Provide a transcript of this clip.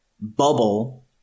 bubble